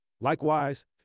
Likewise